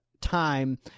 time